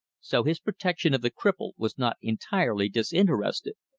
so his protection of the cripple was not entirely disinterested.